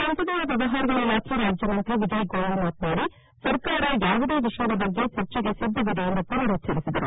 ಸಂಸದೀಯ ವ್ಯವಹಾರಗಳ ಇಲಾಖೆ ರಾಜ್ಯಮಂತ್ರಿ ವಿಜಯ್ ಗೋಯೆಲ್ ಮಾತನಾಡಿ ಸರ್ಕಾರ ಯಾವುದೇ ವಿಷಯದ ಬಗ್ಗೆ ಚರ್ಚೆಗೆ ಸಿದ್ದವಿದೆ ಎಂದು ಪುನರುಚ್ಚರಿಸಿದರು